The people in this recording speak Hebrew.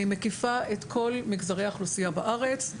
והיא מקיפה את כל מגזרי האוכלוסייה בארץ.